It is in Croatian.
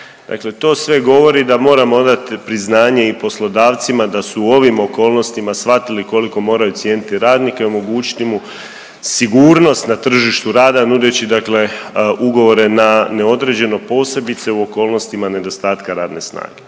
Dakle, to sve govori da moramo odati priznanje i poslodavcima da su u ovim okolnostima shvatili koliko moraju cijeniti radnike, omogućiti mu sigurnost na tržištu rada nudeći, dakle ugovore na neodređeno posebice u okolnostima nedostatka radne snage.